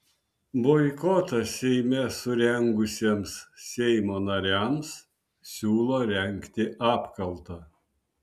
boikotą seime surengusiems seimo nariams siūlo rengti apkaltą